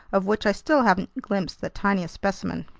of which i still haven't glimpsed the tiniest specimen.